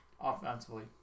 offensively